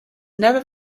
never